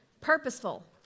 purposeful